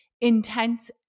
intense